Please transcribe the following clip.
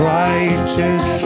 righteous